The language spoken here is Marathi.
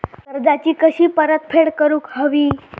कर्जाची कशी परतफेड करूक हवी?